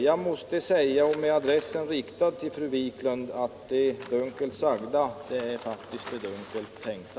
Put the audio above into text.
Jag måste med adress till fru Wiklund säga att det dunkelt sagda är det dunkelt tänkta.